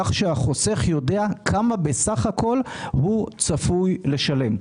כך שהחוסך יודע כמה בסך הכול הוא צפוי לשלם.